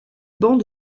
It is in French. banc